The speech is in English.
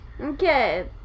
Okay